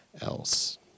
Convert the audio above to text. else